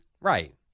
Right